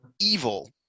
evil